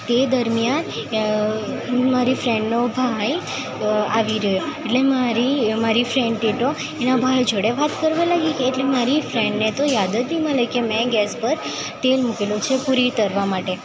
તે દરમિયાન મારી ફ્રેન્ડનો ભાઈ આવી રહ્યો એટલે મારી ફ્રેન્ડ તેતો એના ભાઈ જોડે વાત કરવા લાગી ગઈ એટલે મારી ફ્રેન્ડે તો યાદ જ નહીં મળે કે મેં ગેસ પર તેલ મૂકેલું છે પૂરી તળવા માટે